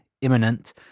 Imminent